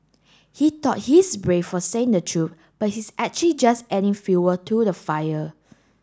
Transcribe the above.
he thought he's brave for saying the truth but he's actually just adding fuel to the fire